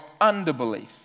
underbelief